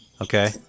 Okay